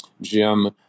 Jim